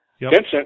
Vincent